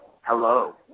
Hello